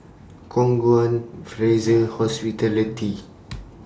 Khong Guan Fraser Hospitality